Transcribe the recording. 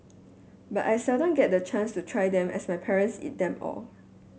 but I seldom get the chance to try them as my parents eat them all